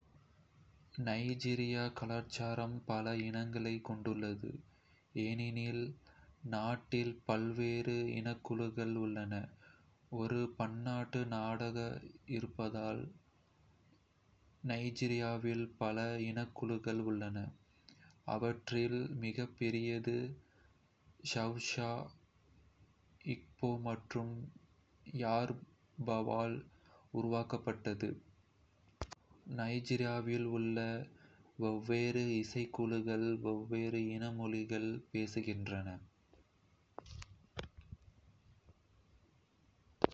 நைஜீரிய கலாச்சாரம் பல இனங்களைக் கொண்டுள்ளது, ஏனெனில் நாட்டில் பல்வேறு இனக்குழுக்கள் உள்ளன. ஒரு பன்னாட்டு நாடாக இருப்பதால், நைஜீரியாவில் பல இனக்குழுக்கள் உள்ளன, அவற்றில் மிகப்பெரியது ஹவுசா, இக்போ மற்றும் யோருபாவால் உருவாக்கப்பட்டது. நைஜீரியாவில் உள்ள வெவ்வேறு இனக்குழுக்கள் வெவ்வேறு இன மொழிகளைப் பேசுகின்றன.